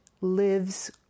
lives